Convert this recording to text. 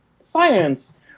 Science